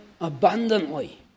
abundantly